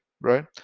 right